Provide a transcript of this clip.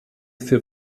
für